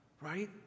right